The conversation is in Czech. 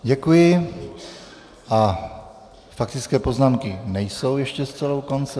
Děkuji a faktické poznámky nejsou ještě zcela u konce.